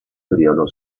periodo